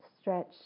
stretch